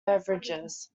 beverages